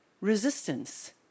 resistance